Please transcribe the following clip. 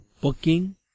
booking